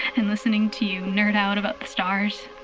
and listening to you nerd-out about the stars.